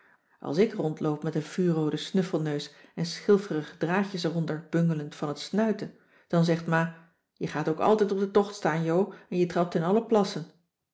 als ik rondloop met een vuurrooden snuffelneus en schilferige draadjes eronder bungelend van het snuiten dan zegt ma je gaat ook altijd op den tocht staan jo en je trapt in alle plassen